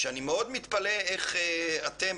ואני מאוד מתפלא איך אתם,